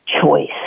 choice